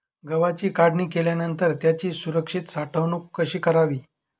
गव्हाची काढणी केल्यानंतर त्याची सुरक्षित साठवणूक कशी करावी?